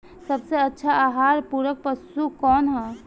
सबसे अच्छा आहार पूरक पशु कौन ह?